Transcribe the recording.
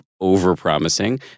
over-promising